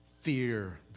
Fear